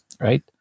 right